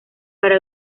para